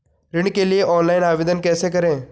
ऋण के लिए ऑनलाइन आवेदन कैसे करें?